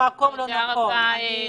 אתה במקום הלא נכון, רועי.